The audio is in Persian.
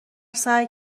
سعی